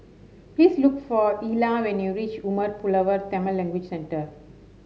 please look for Ilah when you reach Umar Pulavar Tamil Language Centre